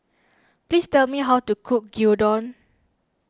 please tell me how to cook Gyudon